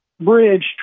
bridge